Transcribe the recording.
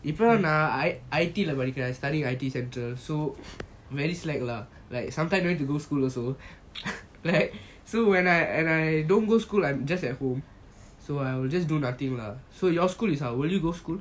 அப்புறம் நான்:apram naan I_T படிக்கிறான்:padikiran I studying I_T centre so very slack lah like sometimes don't need to go school also like so when I and I don't go school I'm just at home so I will just do nothing lah so your school is how will you go school